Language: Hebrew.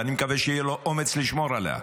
ואני מקווה שיהיה לו אומץ לשמור עליה.